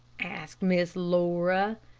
asked miss laura.